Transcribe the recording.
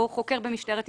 או חוקר במשטרת ישראל.